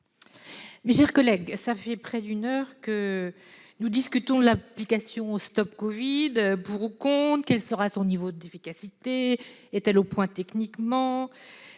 Mes chers collègues, cela fait près d'une heure que nous discutons de l'application StopCovid. Qui est pour ? Qui est contre ? Quel sera son niveau d'efficacité ? Est-elle au point techniquement ?